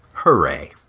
Hooray